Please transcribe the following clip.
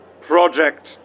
Project